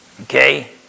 Okay